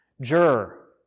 juror